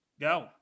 Go